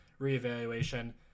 reevaluation